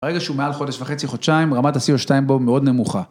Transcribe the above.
ברגע שהוא מעל חודש וחצי, חודשיים, רמת ה-CO2 בו מאוד נמוכה.